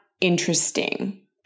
interesting